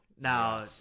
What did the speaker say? Now